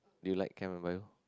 do you like chem and bio